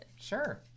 Sure